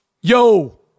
Yo